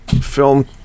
film